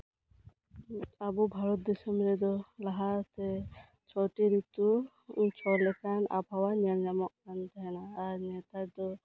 ᱟᱵᱚ ᱵᱷᱟᱨᱚᱛ ᱫᱤᱥᱚᱢ ᱨᱮᱫᱚ ᱞᱟᱦᱟ ᱛᱮ ᱪᱷᱚᱭᱴᱤ ᱨᱤᱛᱩ ᱟᱨ ᱪᱷᱚ ᱞᱮᱠᱟᱱ ᱟᱵᱚᱦᱟᱣᱟ ᱧᱮᱞ ᱧᱟᱢᱚᱜ ᱠᱟᱱ ᱛᱟᱦᱮᱸᱱᱟ ᱟᱨ ᱱᱮᱛᱟᱨ ᱫᱚ